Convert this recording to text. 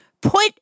put